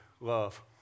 love